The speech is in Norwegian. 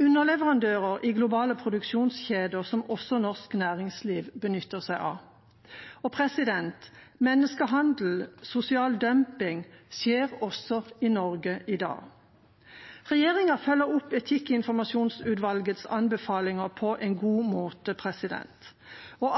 underleverandører i globale produksjonskjeder, som også norsk næringsliv benytter seg av. Menneskehandel og sosial dumping skjer også i Norge i dag. Regjeringa følger opp etikkinformasjonsutvalgets anbefalinger på en god måte.